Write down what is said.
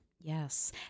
Yes